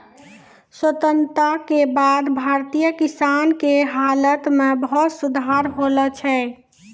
स्वतंत्रता के बाद भारतीय किसान के हालत मॅ बहुत सुधार होलो छै